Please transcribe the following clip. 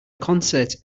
concert